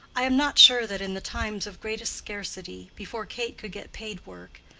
i am not sure that in the times of greatest scarcity, before kate could get paid-work,